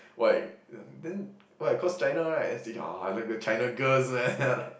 why th~ then then why cause China right then he say ya I like the China girls man